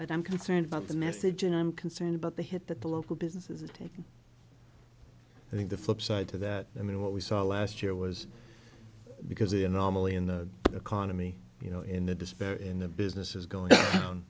but i'm concerned about the message and i'm concerned about the hit that the local businesses are taking i think the flipside to that i mean what we saw last year was because the anomaly in the economy you know in the despair in the business is going down